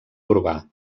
urbà